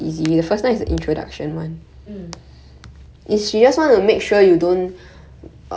mm